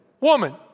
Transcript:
woman